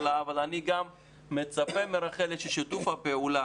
אבל אני גם מצפה מרחלי שיתוף פעולה